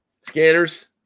Scanners